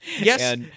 Yes